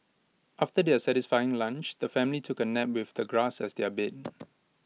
after their satisfying lunch the family took A nap with the grass as their bed